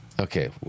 Okay